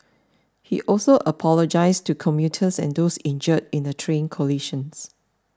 he also apologised to commuters and those injured in the train collisions